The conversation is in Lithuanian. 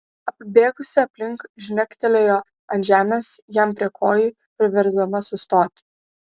apibėgusi aplink žnektelėjo ant žemės jam prie kojų priversdama sustoti